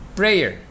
prayer